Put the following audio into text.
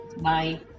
Bye